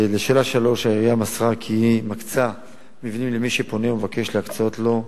3. העירייה מסרה כי היא מקצה מבנים למי שפונה ומבקש להקצות לו מבנים,